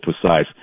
precise